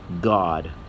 God